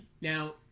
now